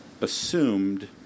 assumed